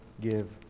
give